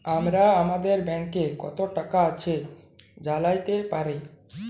আমরা আমাদের ব্যাংকে কত টাকা আছে জাইলতে পারি